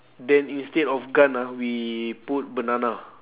then instead of gun ah we put banana